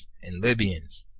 and libyans,